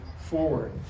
forward